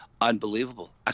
unbelievable